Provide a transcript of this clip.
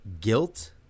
guilt